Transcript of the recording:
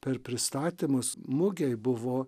per pristatymus mugėj buvo